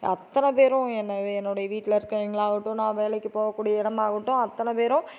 அத்தனை பேரும் என்னவே என்னுடைய வீட்டில் இருக்கிறவங்களா ஆகட்டும் நான் வேலைக்கு போகக்கூடிய இடமா ஆகட்டும் அத்தனை பேரும்